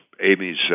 Amy's